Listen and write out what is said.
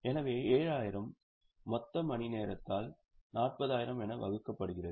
எனவே 7000 மொத்த மணிநேரத்தால் 40000 என வகுக்கப்படுகிறது